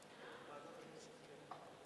ועדת הכנסת נתקבלה.